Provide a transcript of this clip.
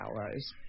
hours